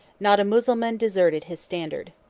not a mussulman deserted his standard.